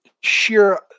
sheer